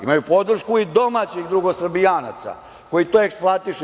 Imaju podršku i domaćih drugosrbijanaca koji to eksploatišu.